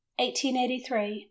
1883